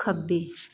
ਖੱਬੇ